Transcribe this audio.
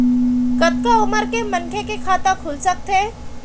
कतका उमर के मनखे के खाता खुल सकथे?